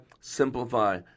simplify